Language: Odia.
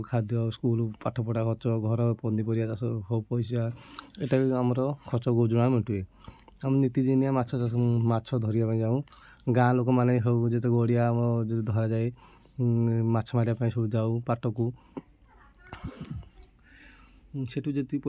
ଖାଦ୍ୟ ସ୍କୁଲ ପାଠ ପଢ଼ା ଖର୍ଚ୍ଚ ଘର ପନିପରିବା ଚାଷ ବହୁତ ପଇସା ଏଇଟା ବି ଆମର ଖର୍ଚ୍ଚ ଗୁଜୁରାଣ ମେଣ୍ଟାଏ ଆମେ ନିତିଦିନିଆ ମାଛ ଚାଷ ମାଛ ଧରିବା ପାଇଁ ଯାଉ ଗାଁ ଲୋକମାନେ ହଉ ଯେତେ ଗଡ଼ିଆ ଆମର ଧରାଯାଏ ମାଛ ମାରିବା ପାଇଁ ସୁବିଧା ହବ